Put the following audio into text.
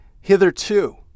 hitherto